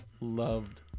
loved